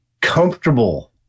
comfortable